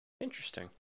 Interesting